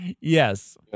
Yes